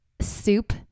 soup